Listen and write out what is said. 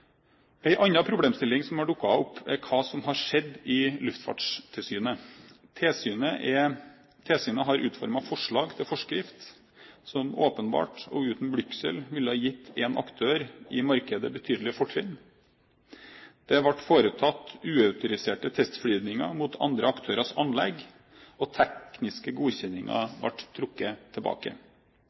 hva som har skjedd i Luftfartstilsynet. Tilsynet har utformet forslag til forskrift som åpenbart og uten blygsel ville ha gitt én aktør i markedet betydelige fortrinn. Det ble foretatt uautoriserte testflyvninger mot andre aktørers anlegg, og tekniske godkjenninger ble trukket tilbake.